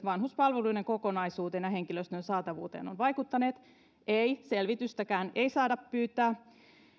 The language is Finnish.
vanhuspalveluiden kokonaisuuteen ja henkilöstön saatavuuteen ei selvitystäkään ei saada pyytää